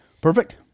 Perfect